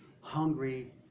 hungry